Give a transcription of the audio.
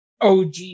OG